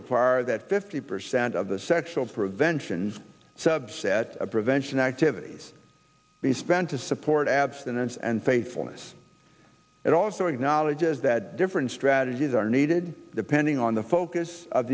require that fifty percent of the sexual prevention subset prevention activities be spent to support abstinence and faithfulness it also acknowledges that different strategies are needed depending on the focus of